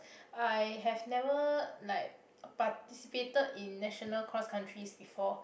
I have never like participated in national cross countries before